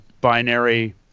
binary